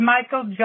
Michael